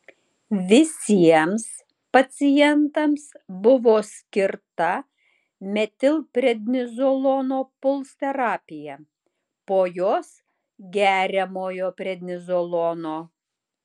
visiems pacientams buvo skirta metilprednizolono puls terapija po jos geriamojo prednizolono